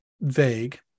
vague